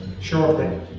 shortly